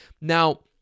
Now